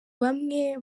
bamwe